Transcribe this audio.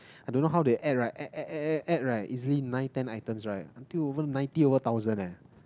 I don't know how they add right add add add add add right easily nine ten items right until over ninety over thousand eh